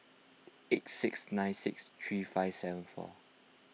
eight six nine six three five seven four